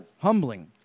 Humbling